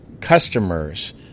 customers